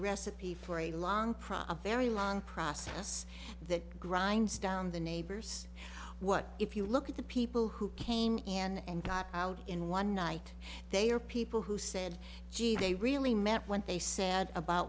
recipe for a long process of very long process that grinds down the neighbors what if you look at the people who came in and got out in one night they are people who said they really meant what they said about